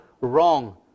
wrong